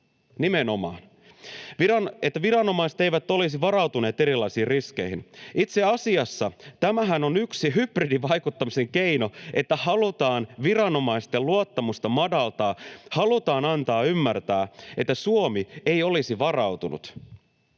nimenomaan — ”ja viranomaiset eivät olisi varautuneet erilaisiin riskeihin. Itse asiassa tämähän on yksi hybridivaikuttamisen keino, että halutaan viranomaisten luottamusta madaltaa, halutaan antaa ymmärtää, että Suomi ei olisi varautunut.”